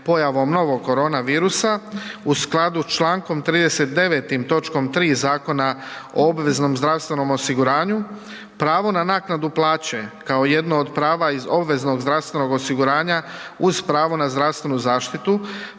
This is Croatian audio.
pojavom novog koronavirusa u skladu s čl. 39. toč. 3. Zakona o obveznom zdravstvenom osiguranju pravo na naknadu plaće kao jedno od prava iz obveznog zdravstvenog osiguranja uz pravo na zdravstvenu zaštitu